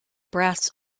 brass